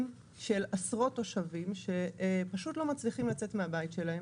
של עשרות תושבים שפשוט לא מצליחים לצאת מהבית שלהם.